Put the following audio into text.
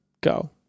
Go